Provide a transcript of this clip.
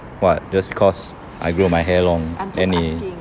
what just because I grow my hair long then 你